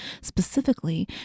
specifically